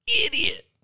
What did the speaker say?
Idiot